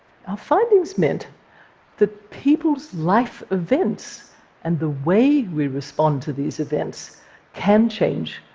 our findings meant that people's life events and the way we respond to these events can change